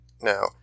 Now